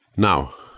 now,